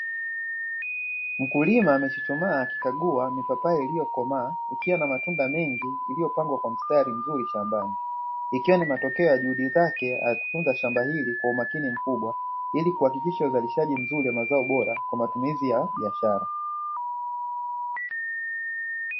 Mkulima amechuchumaa akikagua mipapai iliyokomaa, ikiwa na matunda mengi iliyopangwa kwa mistari mizuri shambani. Ikiwa ni matokeo ya juhudi zake akitunza shamba hili kwa umakini mkubwa, ili kuhakikisha uzalishaji mzuri wa mazao bora kwa matumizi ya biashara.